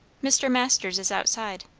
mr. masters is outside.